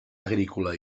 agrícola